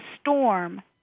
storm